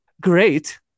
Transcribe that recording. Great